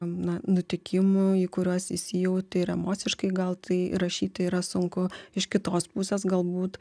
na nutikimų į kuriuos įsijauti ir emociškai gal tai rašyti yra sunku iš kitos pusės galbūt